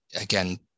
again